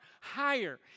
higher